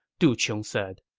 du qiong said.